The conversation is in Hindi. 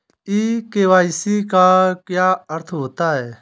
ई के.वाई.सी का क्या अर्थ होता है?